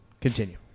continue